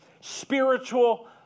spiritual